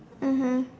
mmhmm